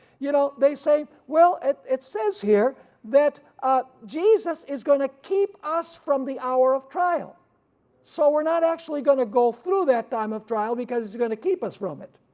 you know they say, well it it says here that jesus is going to keep us from the hour of trial so we're not actually going to go through that time of trial because it's going to keep us from it.